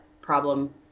problem